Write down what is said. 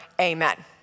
amen